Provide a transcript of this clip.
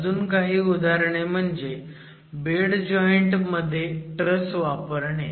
अजून काही उदाहरणे म्हणजे बेड जॉईंट मध्ये ट्रस वापरणे